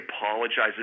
apologizes